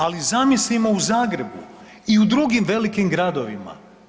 Ali zamislimo u Zagrebu i u drugim velikim gradovima.